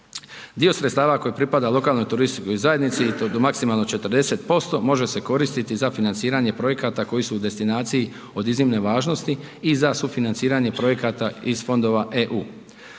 Dio sredstava koje pripada lokalnoj turističkoj zajednici i to do maksimalno 40% može se koristiti za financiranje projekata koji su u destinaciji od iznimne važnosti i za sufinanciranje projekata iz fondova EU.